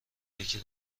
یکی